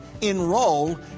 Enroll